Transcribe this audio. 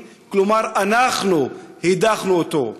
כלומר אנחנו הדחנו אותו.